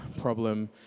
problem